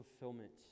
fulfillment